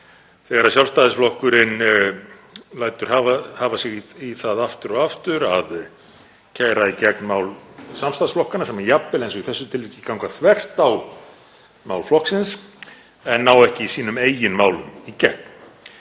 þegar Sjálfstæðisflokkurinn lætur hafa sig í það aftur og aftur að keyra í gegn mál samstarfsflokkanna sem jafnvel, eins og í þessu tilviki, ganga þvert á mál flokksins en nær ekki sínum eigin málum í gegn.